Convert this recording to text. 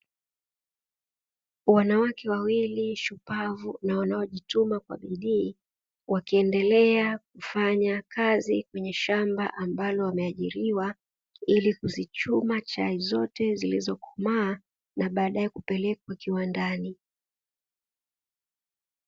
Wanawake wawili shupavu na wanaojituma kwa bidii, wakiendelea kufanya kazi kwenye shamba ambalo wameajiriwa ili kuzichuma chai zote zilizokomaa na baadae kupelekwa kiwandani.